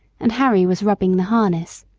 and harry was rubbing the harness.